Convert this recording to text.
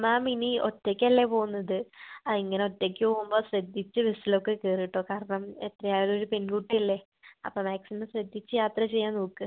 മാം ഇനി ഒറ്റയ്ക്കല്ലേ പോവുന്നത് ആ ഇങ്ങനെ ഒറ്റയ്ക്ക് പോവുമ്പം ശ്രദ്ധിച്ച് ബസ്സിലൊക്കെ കയറ് കേട്ടോ കാരണം എത്രയായാലും ഒരു പെൺകുട്ടിയല്ലെ അപ്പോൾ മാക്സിമം ശ്രദ്ധിച്ച് യാത്ര ചെയ്യാൻ നോക്ക്